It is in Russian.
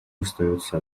останется